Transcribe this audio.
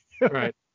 right